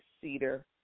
cedar